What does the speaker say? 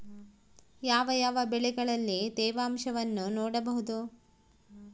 ಯಾವ ಯಾವ ಬೆಳೆಗಳಲ್ಲಿ ತೇವಾಂಶವನ್ನು ನೋಡಬಹುದು?